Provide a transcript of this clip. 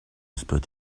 spot